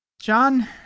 John